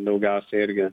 daugiausiai irgi